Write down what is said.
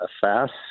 fast